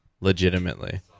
legitimately